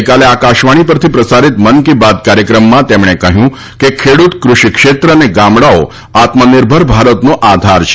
ગઈકાલે આકાશવાણી પરથી પ્રસારીત મન કી બાત કાર્યક્રમમાં તેમણે કહ્યું કે ખેડૂત કૃષિક્ષેત્ર અને ગામડાઓ આત્મનિર્ભર ભારતનો આધાર છે